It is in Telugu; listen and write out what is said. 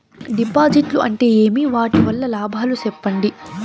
డిపాజిట్లు అంటే ఏమి? వాటి వల్ల లాభాలు సెప్పండి?